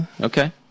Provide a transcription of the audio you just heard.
okay